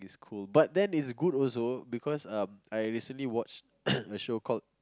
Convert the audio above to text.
is cool but then it's good also because um I recently watched a show called